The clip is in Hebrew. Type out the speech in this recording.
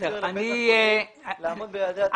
לבית החולים לעמוד ביעדי התקציב.